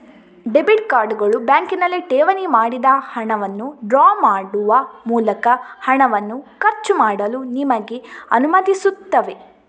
debit ಕಾರ್ಡುಗಳು ಬ್ಯಾಂಕಿನಲ್ಲಿ ಠೇವಣಿ ಮಾಡಿದ ಹಣವನ್ನು ಡ್ರಾ ಮಾಡುವ ಮೂಲಕ ಹಣವನ್ನು ಖರ್ಚು ಮಾಡಲು ನಿಮಗೆ ಅನುಮತಿಸುತ್ತವೆ